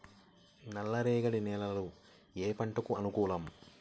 నల్ల రేగడి నేలలు ఏ పంటకు అనుకూలం?